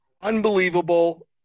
unbelievable